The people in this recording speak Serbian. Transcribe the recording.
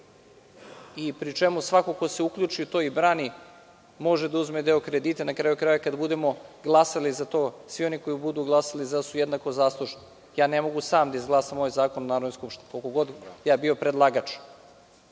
pri čemu svako ko se uključi u to i brani može da uzme deo kredita, na kraju krajeva, kada budemo glasali za to, svi oni koji budu glasali „za“ jednako su zaslužni, jer ne mogu ja sam da izglasam ovaj zakon u Narodnoj skupštini, koliko god bio predlagač.